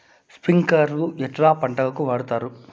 స్ప్రింక్లర్లు ఎట్లా పంటలకు వాడుతారు?